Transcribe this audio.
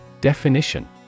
Definition